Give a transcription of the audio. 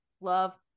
love